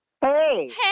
Hey